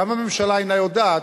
גם הממשלה אינה יודעת.